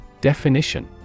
Definition